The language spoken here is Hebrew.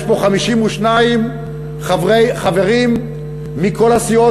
יש פה 52 חברים מכל הסיעות.